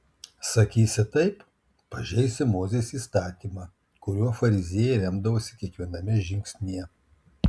sakysi taip pažeisi mozės įstatymą kuriuo fariziejai remdavosi kiekviename žingsnyje